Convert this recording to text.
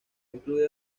incluido